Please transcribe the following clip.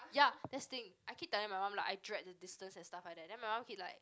ya that's thing I keep telling my mum like I dread the distance and stuff like that then my mum keep like